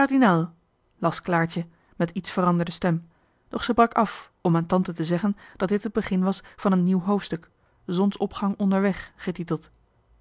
las claartje met iets veranderde stem doch zij brak af om aan tante te zeggen dat dit het begin was van een nieuw hoofdstuk zons opgang onderweg getiteld